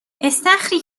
استخری